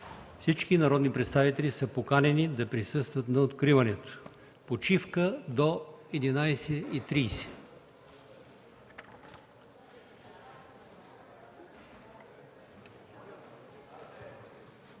Всички народни представители са поканени да присъстват на откриването. Почивка до 11,30